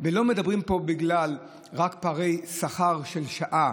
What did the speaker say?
ולא מדברים פה רק בגלל פערי שכר לשעה,